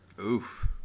Oof